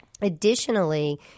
Additionally